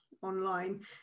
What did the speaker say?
online